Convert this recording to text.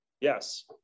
yes